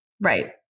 Right